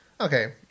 Okay